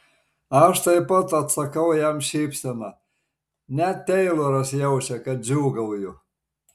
aš taip pat atsakau jam šypsena net teiloras jaučia kad džiūgauju